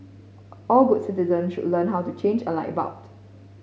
all good citizens should learn how to change a light bulb